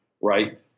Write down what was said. right